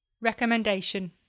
Recommendation